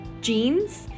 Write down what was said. Jeans